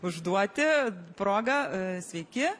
užduoti progą sveiki